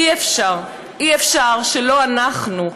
אי-אפשר שלא נאפשר,